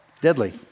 deadly